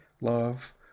love